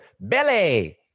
belly